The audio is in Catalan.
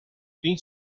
tinc